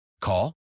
Call